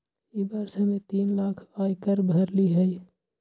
ई वर्ष हम्मे तीन लाख आय कर भरली हई